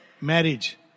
marriage